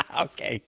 Okay